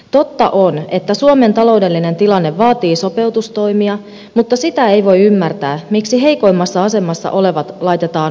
totta on että suomen taloudellinen tilanne vaatii sopeutustoimia mutta sitä ei voi ymmärtää miksi heikoimmassa asemassa olevat laitetaan maksumiehiksi